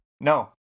No